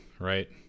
right